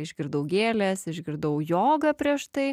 išgirdau gėlės išgirdau joga prieš tai